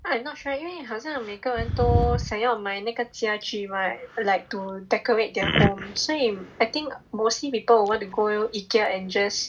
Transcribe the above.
I'm not sure 因为好像每个人都想要买那个家具 mah like to decorate their home 所以 I think mostly people will want to go Ikea and just